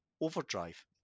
overdrive